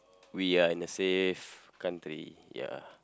we are in a safe country ya